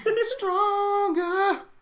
stronger